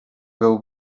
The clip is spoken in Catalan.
beu